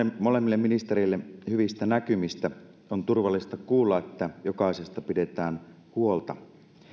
molemmille ministereille hyvistä näkymistä on turvallista kuulla että jokaisesta pidetään huolta